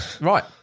Right